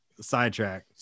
sidetrack